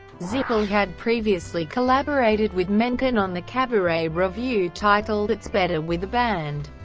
zippel had previously collaborated with menken on the cabaret revue titled it's better with a band,